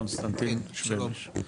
כן, שלום.